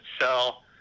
sell